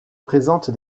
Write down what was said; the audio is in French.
présente